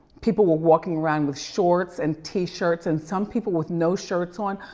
people were walking around with shorts and t-shirts and some people with no shirts on,